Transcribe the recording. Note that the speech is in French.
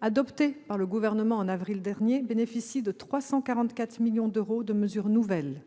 adoptée par le Gouvernement en avril dernier, bénéficie de 344 millions d'euros de mesures nouvelles,